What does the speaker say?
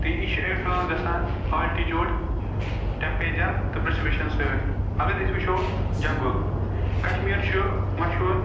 تہٕ یہِ چھِ اِنفٕلیٚنٕس گژھان آلٹِچیٛوٗڈ ٹیٚمپرٛچَر تہٕ پرٛسِپٹیشَن سۭتۍ اَگر أسۍ وُچھو جنگُل کشمیٖر چھُ مہشوٗر